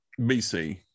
BC